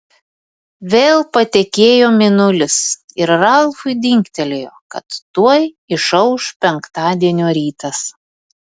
vėl patekėjo mėnulis ir ralfui dingtelėjo kad tuoj išauš penktadienio rytas